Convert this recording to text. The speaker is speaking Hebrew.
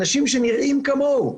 אנשים שנראים כמוהו,